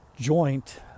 joint